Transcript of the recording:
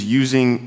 using